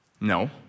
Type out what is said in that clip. no